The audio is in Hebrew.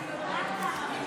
גוטליב